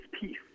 peace